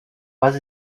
pas